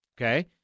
Okay